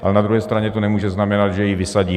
Ale na druhé straně to nemůže znamenat, že ji vysadíme.